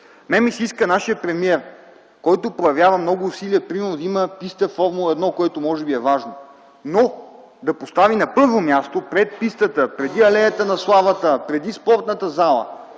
ми се иска, нашият премиер, който проявява много усилия например – да има писта на Формула 1, което може би е важно, но да постави на първо място преди пистата, преди алеята на славата, преди спортната зала,